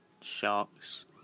sharks